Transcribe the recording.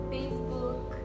Facebook